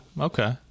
Okay